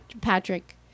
Patrick